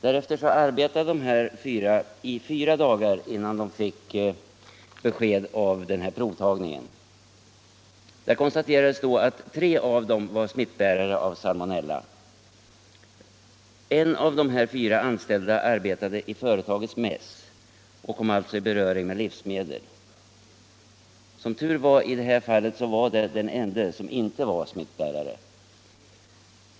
Därefter arbetade de i fyra dagar innan de fick besked om provtagningen. Det konstaterades då att tre av dem var smittbärare av salmonella. En av de fyra arbetade i företagets mäss och kom alltså i beröring med livsmedel. Som tur var i det här fallet var han den enda av dem som inte var smittbärare.